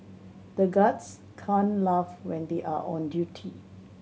the guards can't laugh when they are on duty